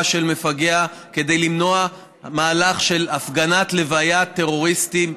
של מפגע כדי למנוע מהלך של הפגנת לוויית טרוריסטים,